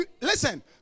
Listen